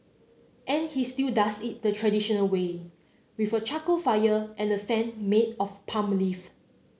and he still does it the traditional way with a charcoal fire and a fan made of palm leaf